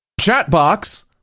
Chatbox